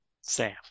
Sam